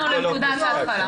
אז חזרנו לנקודת ההתחלה.